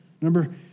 Number